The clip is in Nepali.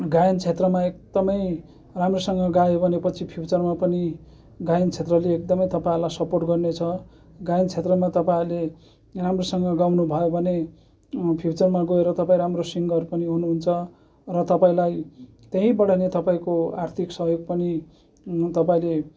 गायन क्षेत्रमा एकदमै राम्रोसङ्ग गायो भने पछि फिउचरमा पनि गायन क्षेत्रले एकदमै तपाईँहरूलाई सपोर्ट गर्ने छ गायन क्षेत्रमा तपाईँहरूले राम्रोसँग गाउनु भयो भने फिउचरमा गएर तपाईँ राम्रो सिङ्गर पनि हुनुहुन्छ र तपाईँलाई त्यहीबटा नै आर्थिक सहयोग पनि तपाईँले